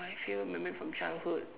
my favourite memory from childhood